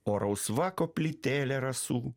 o rausva koplytėlė rasų